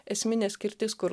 esminė skirtis kur